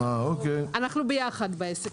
אנחנו ביחד בעסק הזה.